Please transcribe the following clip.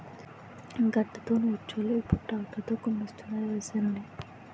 గడ్డతో నూర్చోలు ఇప్పుడు ట్రాక్టర్ తో కుమ్మిస్తున్నారు వరిసేనుని